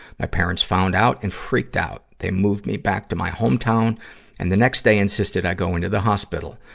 my parents found out and freaked out. they moved me back to my hometown and the next day insisted i go into the hospital.